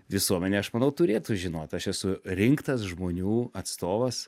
visuomenė aš manau turėtų žinot aš esu rinktas žmonių atstovas